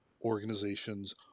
organizations